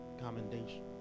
commendation